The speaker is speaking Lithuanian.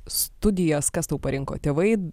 studijas kas tau parinko tėvai